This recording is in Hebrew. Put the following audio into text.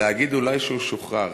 להגיד אולי שהוא שוחרר,